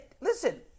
listen